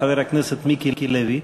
חבר הכנסת מיקי לוי,